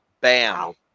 bam